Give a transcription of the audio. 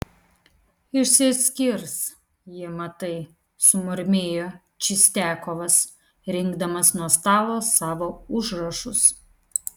išsiskirs ji matai sumurmėjo čistiakovas rinkdamas nuo stalo savo užrašus